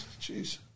Jeez